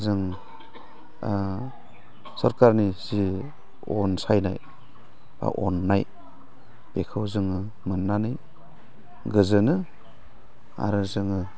जों सरखारनि जि अनसायनाय बा अननाय बेखौ जोङो मोननानै गोजोनो आरो जोङो